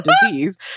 disease